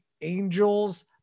Angels